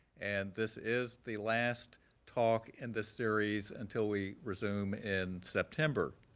and this is the last talk in the series until we resume in september.